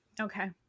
Okay